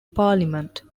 parliament